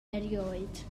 erioed